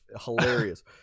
hilarious